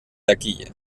taquilla